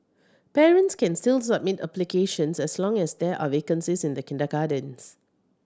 parents can still submit applications as long as there are vacancies in the kindergartens